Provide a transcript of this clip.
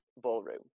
ballroom